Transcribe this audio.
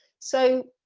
so,